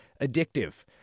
addictive